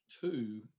Two